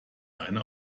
eine